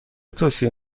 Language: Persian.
توصیه